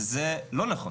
וזה לא נכון.